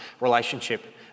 relationship